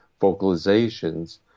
vocalizations